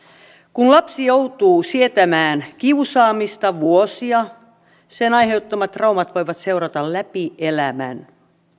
kun lapsi joutuu sietämään kiusaamista vuosia sen aiheuttamat traumat voivat seurata läpi elämän